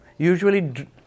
usually